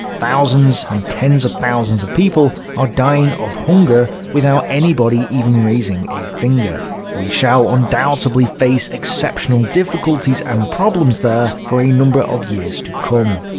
thousands and tens of thousands of people are dying of hunger without anybody even raising a finger. we shall undoubtedly face exceptional difficulties and problems there for a number of years to come.